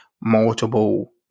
multiple